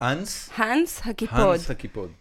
‫האנס ‫-האנס הקיפוד.